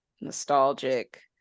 nostalgic